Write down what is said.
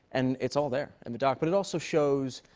and it's all there in the doc. but it also shows,